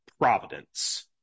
providence